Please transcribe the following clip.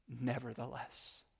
nevertheless